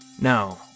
No